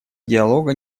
диалога